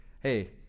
hey